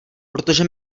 protože